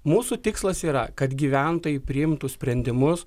mūsų tikslas yra kad gyventojai priimtų sprendimus